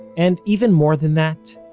and, even more than that,